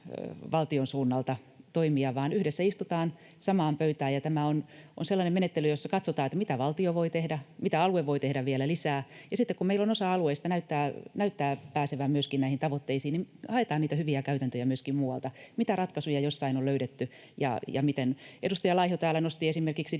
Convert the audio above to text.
valtion suunnalta toimia, vaan yhdessä istutaan samaan pöytään, ja tämä on sellainen menettely, jossa katsotaan, mitä valtio voi tehdä, mitä alue voi tehdä vielä lisää. Ja sitten kun meillä osa alueista näyttää pääsevän myöskin näihin tavoitteisiin, haetaan niitä hyviä käytäntöjä myöskin muualta, mitä ratkaisuja jossain on löydetty ja miten. Edustaja Laiho täällä nosti esimerkiksi